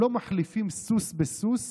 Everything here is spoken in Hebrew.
לא מחליפים סוס בסוס